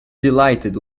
delighted